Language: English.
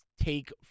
take